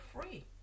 free